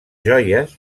joies